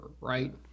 right